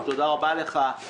בוקר טוב, תודה רבה לך.